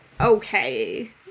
okay